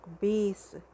base